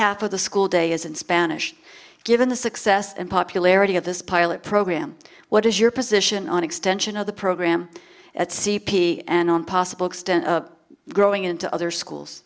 half of the school day is in spanish given the success and popularity of this pilot program what is your position on extension of the program at c p and on possible extent growing into other schools